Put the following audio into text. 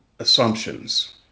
assumptions